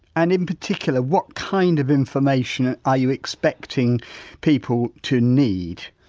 and in particular what kind of information are you expecting people to need?